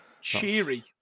Cheery